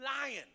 lying